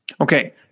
Okay